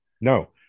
No